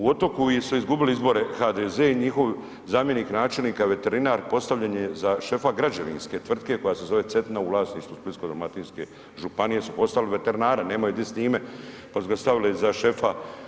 U Otoku su izgubili izbore HDZ i njihov zamjenik načelnika veterinar postavljen je za šefa građevinske tvrtke koja se zove „Cetina“ u vlasništvu Splitsko-dalmatinske županije su postavili veterinara, nemaju di s njime, pa su ga stavili za šefa.